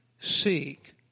Seek